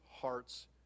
hearts